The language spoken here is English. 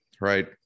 right